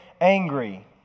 angry